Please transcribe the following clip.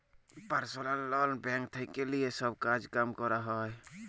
personal loan bank থেক্যে লিয়ে সব কাজ কাম ক্যরা যায়